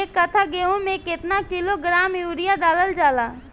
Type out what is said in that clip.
एक कट्टा गोहूँ में केतना किलोग्राम यूरिया डालल जाला?